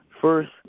first